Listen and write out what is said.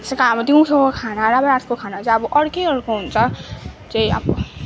त्यसै कारण अब दिउँसोको खाना र रातको खाना चाहिँ अब अर्कैअर्को हुन्छ हाम्रो चाहिँ अब